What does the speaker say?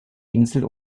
insel